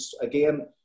again